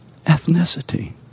Ethnicity